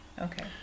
okay